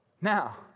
Now